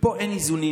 ופה אין איזונים.